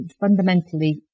fundamentally